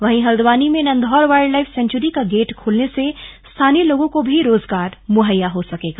वहीं हल्द्वानी में Nandhaur wild life sanctuary का गेट खुलने से स्थानीय लोगों को भी रोजगार मुहैया हो सकेगा